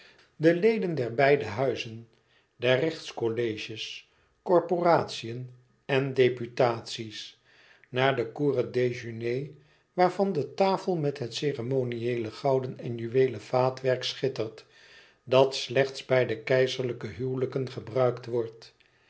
de leden der beide huizen der rechtscolleges corporatiën en deputaties na den cour het déjeuner waarvan de tafel met het ceremoniëele gouden en juweelen vaatwerk schittert dat slechts bij de keizerlijke huwelijken gebruikt wordt